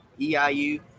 EIU